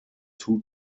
two